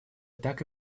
так